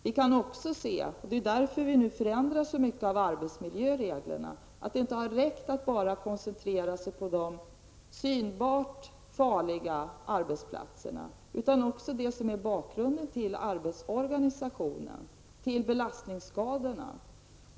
Vi kan också se, det är därför vi nu förändrar så mycket av arbetsmiljöreglerna, att det inte har räckt att bara koncentrera sig på de synbart farliga arbetsplatserna, utan att man också måste koncentrera sig på det som är bakgrunden till arbetsorganisationen och till belastningsskadorna.